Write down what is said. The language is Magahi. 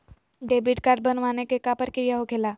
डेबिट कार्ड बनवाने के का प्रक्रिया होखेला?